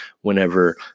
whenever